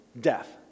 death